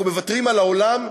אנחנו מוותרים על העולם,